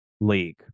league